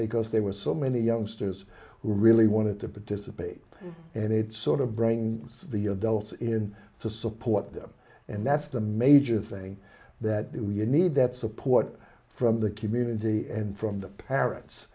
because there were so many youngsters who really wanted to participate and it sort of brings the adults in to support them and that's the major thing that you need that support from the community and from the parents